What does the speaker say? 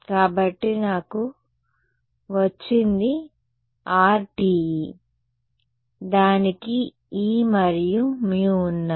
కాబట్టి నాకు వచ్చింది RTE దానికి e మరియు μ ఉన్నాయి